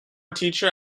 teacher